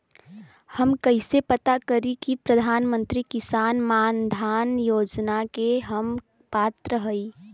हम कइसे पता करी कि प्रधान मंत्री किसान मानधन योजना के हम पात्र हई?